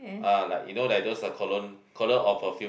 ah like you know like those cologne cologne or perfume